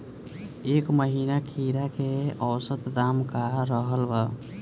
एह महीना खीरा के औसत दाम का रहल बा?